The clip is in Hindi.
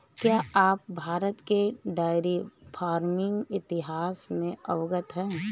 क्या आप भारत के डेयरी फार्मिंग इतिहास से अवगत हैं?